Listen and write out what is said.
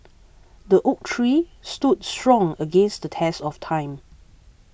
the oak tree stood strong against the test of time